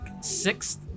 sixth